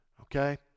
Okay